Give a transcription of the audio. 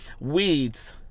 weeds